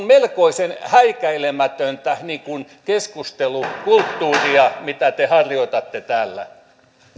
melkoisen häikäilemätöntä keskustelukulttuuria mitä te harjoitatte täällä